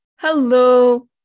hello